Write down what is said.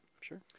Sure